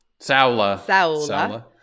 Saula